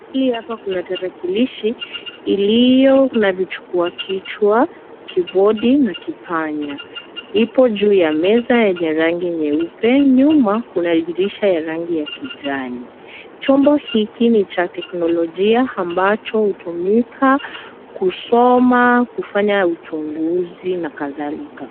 Hii hapa kuna tarakilishi iliyo na vichukua kichwa ,kibodi na kipanya ipo juu ya meza yenye rangi nyeupe nyuma kuna dirisha ya rangi ya kijani, chombo hiki ni cha teknolojia ambacho hutumika kusoma, kufanya uchunguzi na kadhalika.